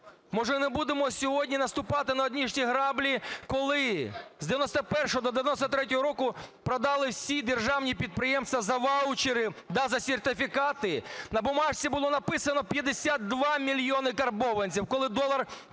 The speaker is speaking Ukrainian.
може, не будемо сьогодні наступати на одні і ті ж граблі, коли з 91-го до 93-го року продали всі державні підприємства за ваучери та за сертифікати? На бумажці було написано: 52 мільйони карбованців, коли долар